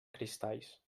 cristalls